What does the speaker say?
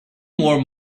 more